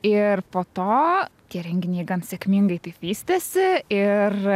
ir po to tie renginiai gan sėkmingai taip vystėsi ir